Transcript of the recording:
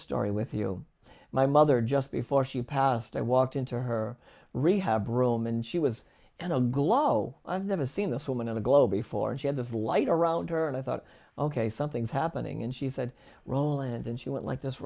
story with you my mother just before she passed i walked into her rehab room and she was in a glow i've never seen this woman in a glow before and she had of light around her and i thought ok something's happening and she said roland and she went like this